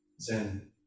Zen